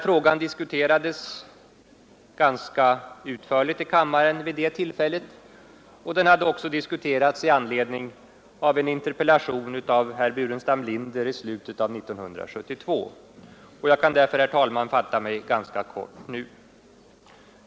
Frågan diskuterades ganska utförligt i kammaren vid det tillfället, och den hade också diskuterats med anledning av en interpellation av herr Burenstam Linder 1972. Jag kan därför, herr talman, fatta mig ganska kort nu.